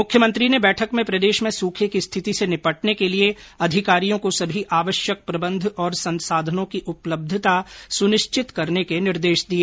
मुख्यमंत्री ने बैठक में प्रदेश में सूखे की स्थिति से निपटने के लिए अधिकारियों को सभी आवश्यक प्रबन्ध और संसाधनों की उपलब्धता सुनिश्चित करने के निर्देश दिए